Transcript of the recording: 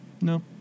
No